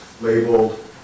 labeled